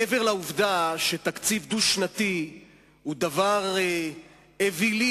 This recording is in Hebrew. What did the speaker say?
מעבר לעובדה שתקציב דו-שנתי הוא דבר אווילי